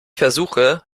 versuche